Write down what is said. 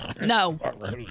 No